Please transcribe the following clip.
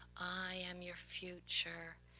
i am your future,